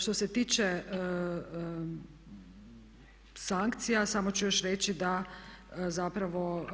Što se tiče sankcija samo ću još reći zapravo